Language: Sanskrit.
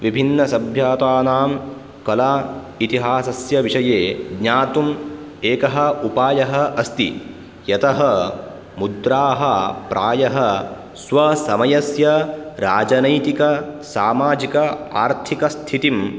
विभिन्नसभ्यातानां कला इतिहासस्य विषये ज्ञातुम् एकः उपायः अस्ति यतः मुद्राः प्रायः स्वसमयस्य राजनैतिकसामाजिक आर्थिकस्थितिं